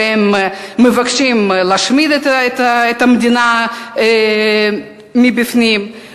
שמבקשים להשמיד את המדינה מבפנים,